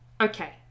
okay